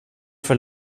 för